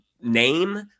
name